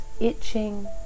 itching